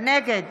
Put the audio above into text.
נגד